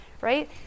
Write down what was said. right